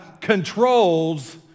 controls